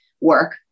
work